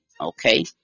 okay